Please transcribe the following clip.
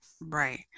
right